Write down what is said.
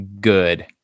good